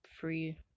free